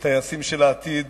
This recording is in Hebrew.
הטייסים של העתיד